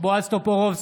בועז טופורובסקי,